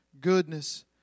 goodness